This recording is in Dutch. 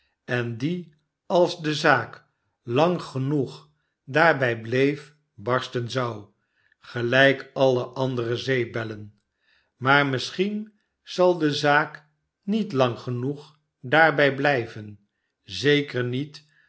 en die als de zaak lang genoeg daarbij bleef barsten zou gelijk alle andere zeepbellen maar misschien zal de zaak niet lang genoeg daarbij blijven zeker met